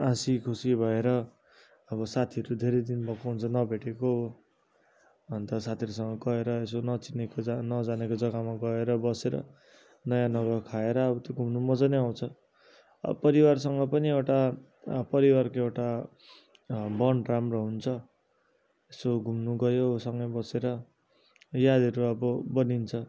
हाँसी खुसी भएर अब साथीहरू धेरै दिन भएको हुन्छ नभेटेको अन्त साथीहरूसँग गएर यसो नचिनेको जहाँ नजानेको जगामा गएर बसेर नयाँ नौलो खाएर अब त्यो घुम्नु मजा नै आउँछ अब परिवारसँग पनि एउटा परिवारको एउटा बोन्ड राम्रो हुन्छ यसो घुम्नु गयो सँगै बसेर यादहरू अब बनिन्छ